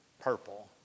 purple